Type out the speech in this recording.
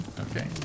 Okay